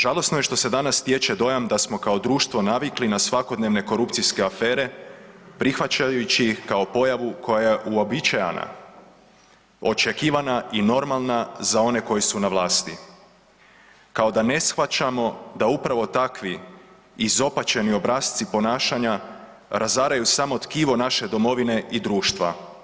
Žalosno je što se danas stječe dojam da smo kao društvo navikli na svakodnevne korupcijske afere prihvaćajući ih kao pojavu koja je uobičajena, očekivana i normalna za one koji su na vlasti, kao da ne shvaćamo da upravo takvi izopačeni obrasci ponašanja razaraju samo tkivo naše domovine i društva.